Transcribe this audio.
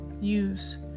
use